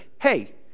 hey